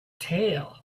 tail